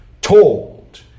Told